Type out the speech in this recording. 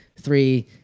three